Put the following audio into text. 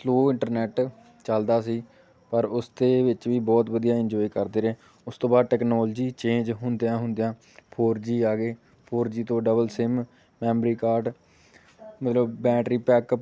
slow internet ਚੱਲਦਾ ਸੀ ਪਰ ਔਰ ਉਸ ਦੇ ਵਿੱਚ ਵੀ ਬਹੁਤ ਵਧੀਆ ਇੰਜੋਏ ਕਰਦੇ ਰਹੇ ਉਸ ਤੋਂ ਬਾਅਦ ਟੈਕਨੋਲਜੀ ਚੇਂਜ ਹੁੰਦਿਆਂ ਹੁੰਦਿਆਂ ਫੋਰ ਜੀ ਆ ਗਏ ਫੋਰ ਜੀ ਤੋਂ ਡਬਲ ਸਿਮ ਮੈਮਰੀ ਕਾਰਡ ਮਤਲਬ ਬੈਂਟਰੀ ਪੈਕਅੱਪ